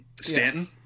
Stanton